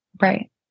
Right